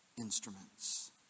instruments